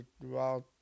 throughout